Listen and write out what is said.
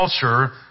culture